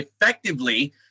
effectively